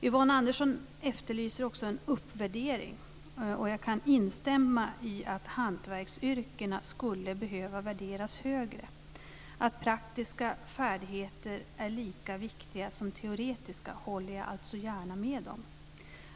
Yvonne Andersson efterlyser också en uppvärdering, och jag kan instämma i att hantverksyrkena skulle behöva värderas högre. Att praktiska färdigheter är lika viktiga som teoretiska håller jag alltså gärna med om.